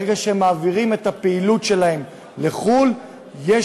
ברגע שמעבירים את הפעילות שלהן לחו"ל יש